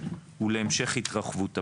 הוא להמשך התרחבות הפעילות.